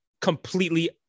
completely